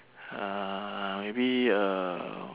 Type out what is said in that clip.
uh maybe uh